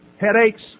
Headaches